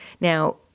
Now